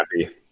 happy